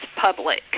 public